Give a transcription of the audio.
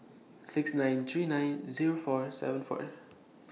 six nine three nine Zero four seven four